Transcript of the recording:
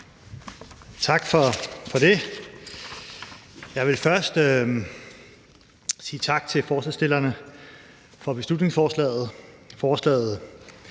Tak for det. Jeg vil først sige tak til forslagsstillerne for beslutningsforslaget.